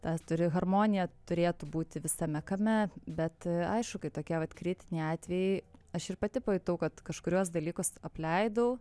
ta turi harmonija turėtų būti visame kame bet aišku kai tokie vat kritiniai atvejai aš ir pati pajutau kad kažkuriuos dalykus apleidau